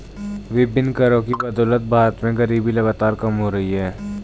विभिन्न करों की बदौलत भारत में गरीबी लगातार कम हो रही है